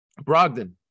Brogdon